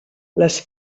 les